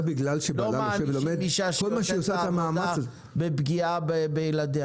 לא מענישים אישה שיוצאת לעבודה בפגיעה בילדיה,